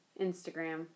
Instagram